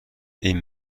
این